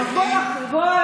בוא,